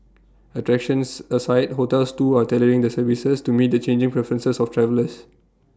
attractions aside hotels too are tailoring their services to meet the changing preferences of travellers